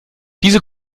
diese